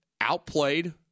outplayed